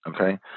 okay